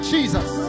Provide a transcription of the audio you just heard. Jesus